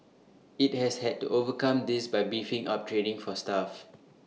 IT has had to overcome this by beefing up training for staff